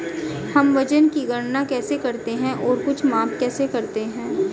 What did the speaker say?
हम वजन की गणना कैसे करते हैं और कुछ माप कैसे करते हैं?